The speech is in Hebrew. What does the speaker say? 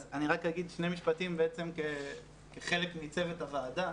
אז אני רק אגיד שני משפטים בעצם כחלק מצוות הוועדה,